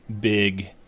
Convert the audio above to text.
big